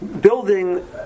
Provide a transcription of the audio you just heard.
building